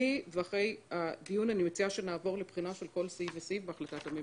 אחרי הדיון אני מציעה שנעבור לבחינה של כל סעיף וסעיף בהחלטת הממשלה.